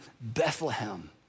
Bethlehem